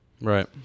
right